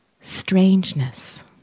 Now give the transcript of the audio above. strangeness